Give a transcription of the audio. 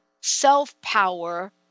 self-power